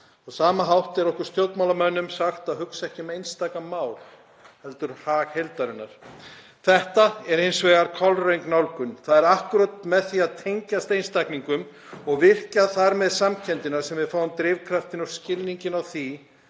Á sama hátt er okkur stjórnmálamönnum sagt að hugsa ekki um einstaka mál heldur hag heildarinnar. Þetta er hins vegar kolröng nálgun. Það er akkúrat með því að tengjast einstaklingum og virkja þar með samkenndina sem við fáum drifkraftinn og skilninginn á því